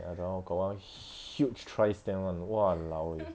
ya that [one] got one huge tri stand [one] !walao! eh